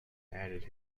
added